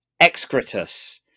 Excretus